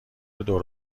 دور